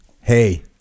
hey